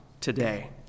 today